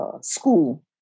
school